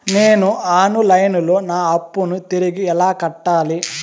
నేను online లో నా అప్పును తిరిగి ఎలా కట్టాలి?